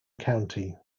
county